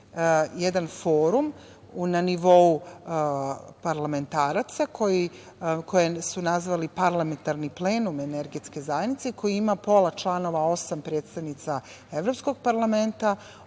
jedan forum na nivou parlamentaraca koji su nazvali Parlamentarni plenum Energetske zajednice, koji ima pola članova, osam predstavnica Evropskog parlamenta,